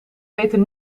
beter